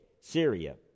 Syria